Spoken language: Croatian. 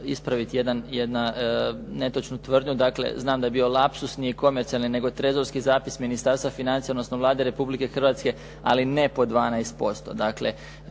ispraviti jednu netočnu tvrdnju. Dakle, znam da je bio lapsus. Nije komercijalni, nego trezorski zapis Ministarstva financija, odnosno Vlade Republike Hrvatske, ali ne po 12%.